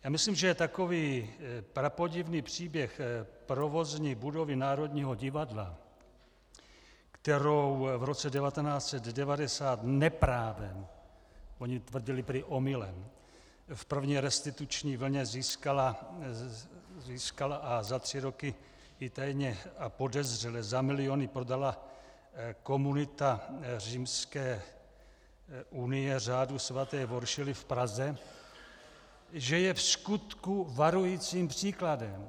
Já myslím, že takový prapodivný příběh provozní budovy Národního divadla, kterou v roce 1990 neprávem, oni tvrdili prý omylem, v první restituční vlně získala a za tři roky ji tajně a podezřele za miliony prodala komunita Římské unie řádu svaté Voršily v Praze, že je vskutku varujícím příkladem.